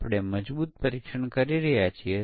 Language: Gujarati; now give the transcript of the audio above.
પ્રથમ ચાલો સમકક્ષ વર્ગપરીક્ષણ જોઈએ